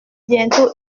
bientôt